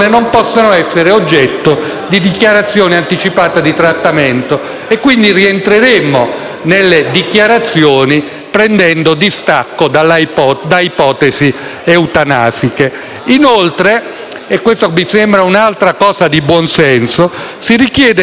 e quindi rientreremmo nelle dichiarazioni, prendendo distacco da ipotesi eutanasiche. Inoltre, e questa mi sembra un'altra previsione di buon senso, si richiede che l'indicazione di un soggetto fiduciario sia una facoltà